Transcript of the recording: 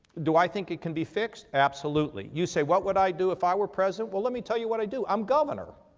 do i think it can be fixed? absolutely. you say what would i do if i were president? well, let me tell you what i do. i'm governor.